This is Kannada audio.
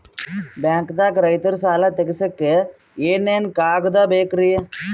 ಬ್ಯಾಂಕ್ದಾಗ ರೈತರ ಸಾಲ ತಗ್ಸಕ್ಕೆ ಏನೇನ್ ಕಾಗ್ದ ಬೇಕ್ರಿ?